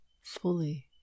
fully